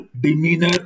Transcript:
demeanor